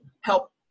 help